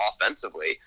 offensively